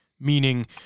meaning